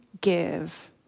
give